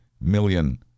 million